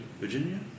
Virginia